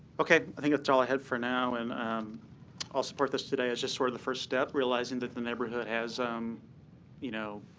ok. i think that's all i had for now. and i'll support this today as just sort of the first step, realizing that the neighborhood has um you know